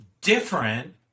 different